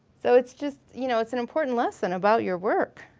so it's just, you know it's an important lesson about your work.